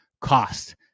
cost